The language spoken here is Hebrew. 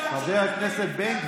חבר הכנסת בן גביר,